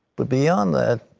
but beyond that,